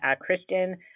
Christian